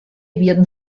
havia